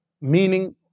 Meaning